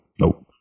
Nope